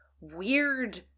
weird